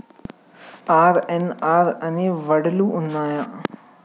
RNR అనే వడ్లు ఉన్నయా?